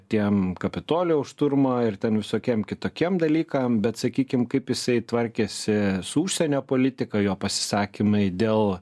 tiem kapitolijaus šturmą ir ten visokiem kitokiem dalykam bet sakykim kaip jisai tvarkėsi su užsienio politika jo pasisakymai dėl